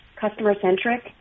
customer-centric